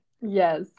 yes